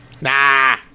Nah